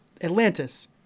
Atlantis